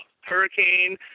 hurricane